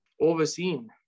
overseen